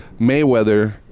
Mayweather